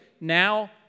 now